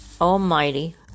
almighty